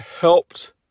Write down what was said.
helped